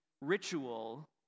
ritual